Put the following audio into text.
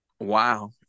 Wow